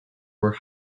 were